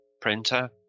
printer